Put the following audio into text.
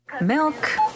Milk